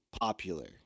popular